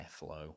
airflow